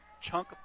chunk